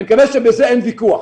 אני מקווה שעל זה אין ויכוח.